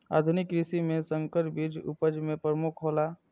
आधुनिक कृषि में संकर बीज उपज में प्रमुख हौला